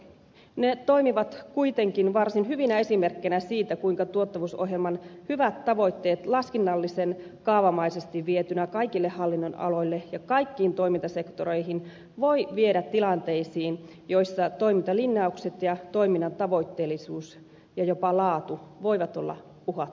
ne toimivat kuitenkin varsin hyvinä esimerkkeinä siitä kuinka tuottavuusohjelman hyvien tavoitteiden vieminen laskennallisen kaavamaisesti kaikille hallinnonaloille ja kaikkiin toimintasektoreihin voi viedä tilanteisiin joissa toimintalinjaukset ja toiminnan tavoitteellisuus ja jopa laatu voivat olla uhattuina